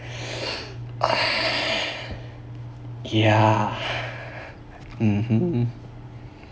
ya